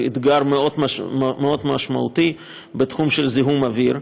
זה אתגר מאוד משמעותי בתחום של זיהום האוויר,